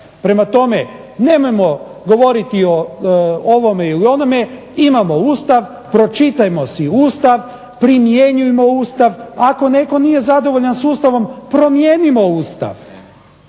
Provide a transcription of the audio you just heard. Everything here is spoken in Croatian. Prema tome, nemojmo govoriti o ovome ili onome, imamo Ustav pročitajmo si Ustav, primjenjujmo Ustav, ako netko nije zadovoljan s Ustavom promijenimo Ustav,